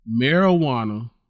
marijuana